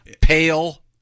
Pale